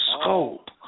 scope